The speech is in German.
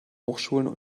hochschulen